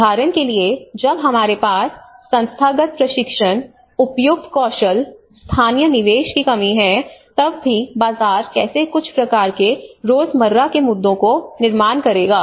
उदाहरण के लिए जब हमारे पास संस्थागत प्रशिक्षण उपयुक्त कौशल स्थानीय निवेश की कमी है तब भी बाजार कैसे कुछ प्रकार के रोजमर्रा के मुद्दों का निर्माण करेगा